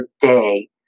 day